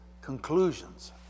conclusions